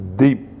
deep